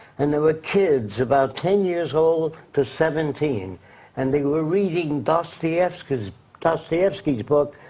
and there were kids about ten years old to seventeen and they were reading dostoyevsky's dostoyevsky's book,